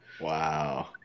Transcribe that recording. Wow